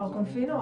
מר קונפינו,